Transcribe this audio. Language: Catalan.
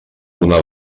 una